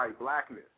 blackness